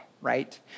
right